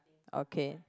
okay